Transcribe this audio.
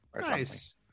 nice